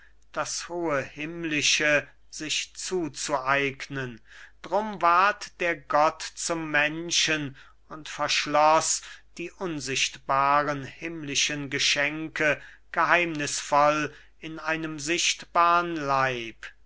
das hohe himmlische sich zuzueignen drum ward der gott zum menschen und verschloß die unsichtbaren himmlischen geschenke geheimnisvoll in einem sichtbarn leib